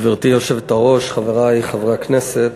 גברתי היושבת-ראש, חברי חברי הכנסת,